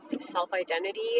self-identity